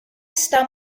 está